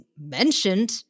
mentioned